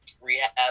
rehab